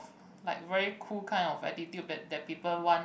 like very cool kind of attitude that that people want